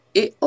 et